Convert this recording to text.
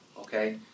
okay